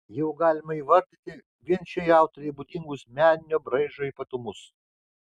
jau galima įvardyti vien šiai autorei būdingus meninio braižo ypatumus